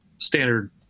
standard